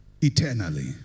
eternally